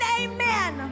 amen